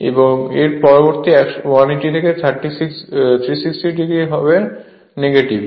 এবং পরবর্তী 180 থেকে 360 এটি হবে নেগেটিভ